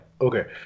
okay